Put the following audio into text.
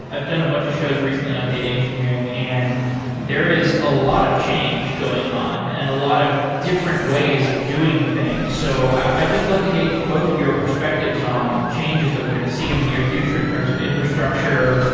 i've done a bunch of shows recently on data engineering and there is a lot of change going on and a lot of different ways of doing things. so i just love to get both of your perspectives on changes that we're going to see in the near future in terms of infrastructure,